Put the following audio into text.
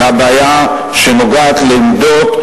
מהבעיה שנוגעת לעמדות,